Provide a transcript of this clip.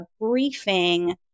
briefing